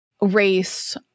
race